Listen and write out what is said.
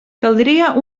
caldria